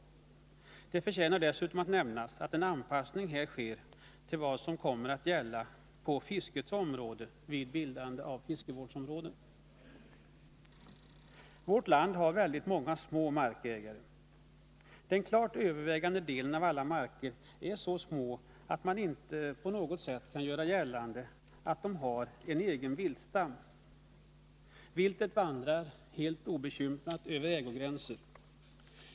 Det förtjänar dessutom att nämnas att en anpassning här sker till vad som = Jaktvårdsområkommer att gälla på fiskets område vid bildande av fiskevårdsområden. Vårt land har väldigt många små marker. Den klart övervägande delen av alla marker är så små att man inte på något sätt kan göra gällande att de har en egen viltstam. Viltet vandrar helt obekymrat över ägogränser.